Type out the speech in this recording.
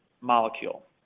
molecule